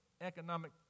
economic